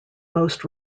most